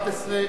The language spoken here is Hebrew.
סעיף 11,